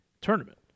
tournament